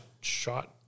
shot